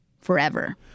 forever